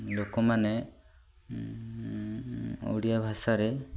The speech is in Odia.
ଲୋକମାନେ ଓଡ଼ିଆ ଭାଷାରେ